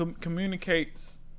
communicates